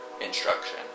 instruction